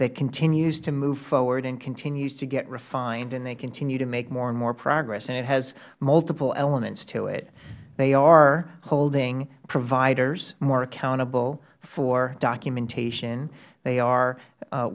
that continues to move forward and continues to get refined and they continue to make more and more progress it has multiple elements to it they are holding providers more accountable for documentation they are